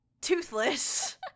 toothless